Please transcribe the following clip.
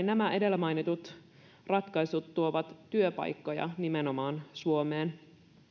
nämä edellä mainitut ratkaisut tuovat työpaikkoja nimenomaan suomeen